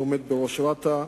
שעומד בראש רת"א,